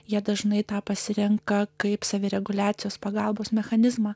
jie dažnai tą pasirenka kaip savireguliacijos pagalbos mechanizmą